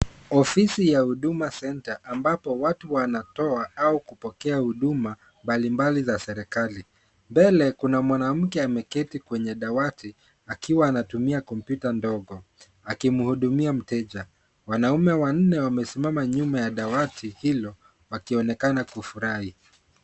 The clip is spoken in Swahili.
Ofisi ya huduma center ambapo watu wanatoa na kupokea huduma mbalimbali za serikali. Mbele kuna mwanamke ameketi kwenye dawati akiwa anatumia kompyuta ndogo akimhudumia mteja. Wanaume wanne wamesimama nyuma ya dawati hilo wakionekana kufurahi.